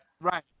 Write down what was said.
Right